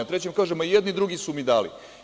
Na trećem kaže – ma, i jedni i drugi su mi dali.